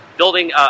building